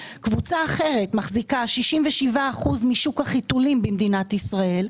קבוצה אחרת מחזיקה 67% משוק החיתולים במדינת ישראל,